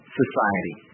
society